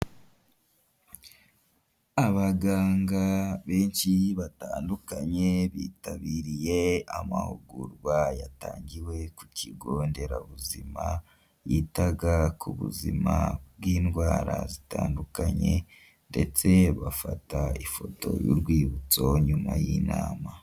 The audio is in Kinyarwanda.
Abaganga benshi batandukanye bitabiriye amahugurwa yatangiwe ku kigo nderabuzima, yitaga ku buzima bw'indwara zitandukanye ndetse bafata ifoto y'urwibutso nyuma y'inama.